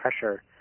pressure